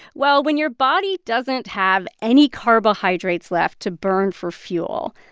well, when your body doesn't have any carbohydrates left to burn for fuel,